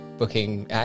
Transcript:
Booking